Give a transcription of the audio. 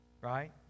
Right